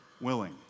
Willing